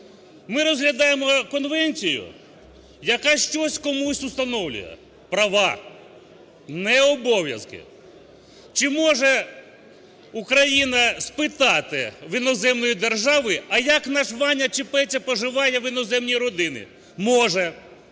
Ми розглядаємо конвенцію, яка щось комусь установлює – права, не обов'язки. Чи може Україна спитати в іноземної держави: а як наш Ваня чи Петя поживає в іноземній родині? Може.